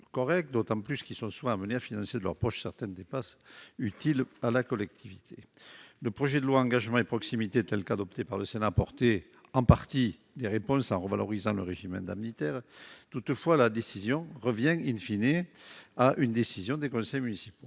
d'autant plus que ces élus sont souvent amenés à financer de leur poche certaines dépenses utiles à la collectivité. Le projet de loi Engagement et proximité, tel qu'adopté par le Sénat, a apporté en partie des réponses, en revalorisant le régime indemnitaire. Toutefois, la décision revient aux conseils municipaux.